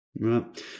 Right